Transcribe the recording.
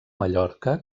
mallorca